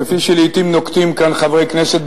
כפי שלעתים נוקטים כאן חברי כנסת,